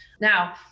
Now